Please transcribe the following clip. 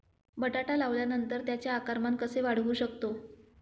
बटाटा लावल्यानंतर त्याचे आकारमान कसे वाढवू शकतो?